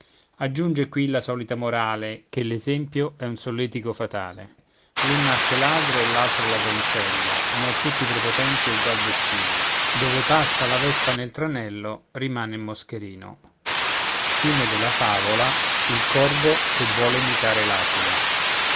aggiunge qui la solita morale che l'esempio è un solletico fatale l'un nasce ladro e l'altro ladroncello né a tutti i prepotenti è ugual destino dove passa la vespa nel tranello rimane il moscherino